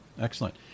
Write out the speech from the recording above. Excellent